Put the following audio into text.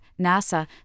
NASA